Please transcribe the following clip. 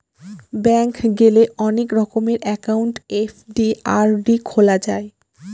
bank গেলে অনেক রকমের একাউন্ট এফ.ডি, আর.ডি খোলা যায়